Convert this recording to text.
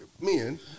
men